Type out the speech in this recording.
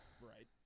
Right